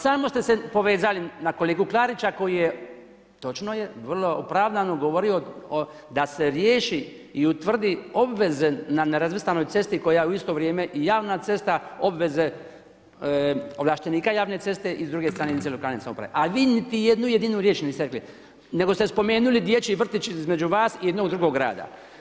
Samo ste se povezali na kolegu Klarića koji je, točno je vrlo opravdano govorio da se riješi i utvrdi obveze na nerazvrstanoj cesti koja je u isto vrijeme i javna cesta, obveze ovlaštenika javne ceste i s druge strane jedinice lokalne samouprave, a vi niti jednu jedinu riječ niste rekli nego ste spomenuli dječji vrtić između vas i jednog drugog grada.